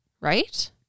right